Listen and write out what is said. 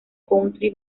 country